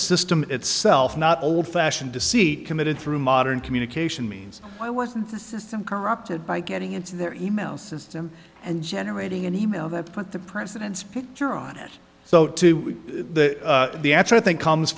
system itself not old fashioned deceit committed through modern communication means why wasn't the system corrupted by getting into their e mail system and generating an e mail that put the president's picture on it so to the answer i think comes